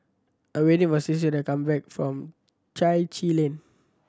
I waiting for Stacy to come back from Chai Chee Lane